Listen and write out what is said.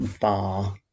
bar